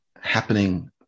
happening